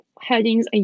headings